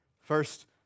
first